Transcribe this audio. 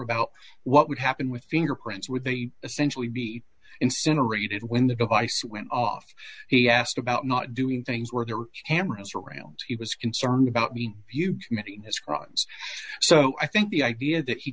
about what would happen with fingerprints were they essentially be incinerated when the device went off he asked about not doing things where there were cameras around he was concerned about being committing his crimes so i think the idea that he